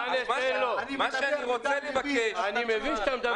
אני מבין שאתה מדבר מדם לבך.